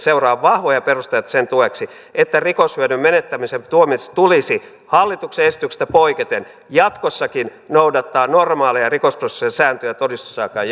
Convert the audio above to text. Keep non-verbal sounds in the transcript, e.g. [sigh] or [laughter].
[unintelligible] seuraa vahvoja perusteita sen tueksi että rikoshyödyn menettämisen tuomitsemisessa tulisi hallituksen esityksestä poiketen jatkossakin noudattaa normaaleja rikosprosessuaalisia sääntöjä todistustaakan [unintelligible]